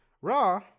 Raw